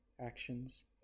actions